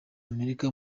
amerika